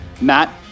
Matt